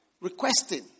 Requesting